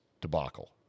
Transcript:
debacle